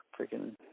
freaking